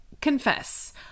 confess